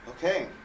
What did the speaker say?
Okay